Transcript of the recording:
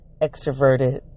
extroverted